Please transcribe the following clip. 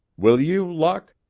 will you, luck?